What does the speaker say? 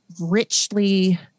richly